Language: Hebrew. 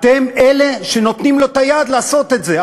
אתם אלה שנותנים לו את היד לעשות את זה,